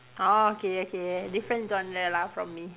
orh okay okay different genre lah from me